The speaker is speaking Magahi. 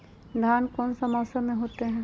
धान कौन सा मौसम में होते है?